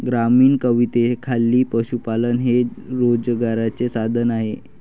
ग्रामीण कवितेखाली पशुपालन हे रोजगाराचे साधन आहे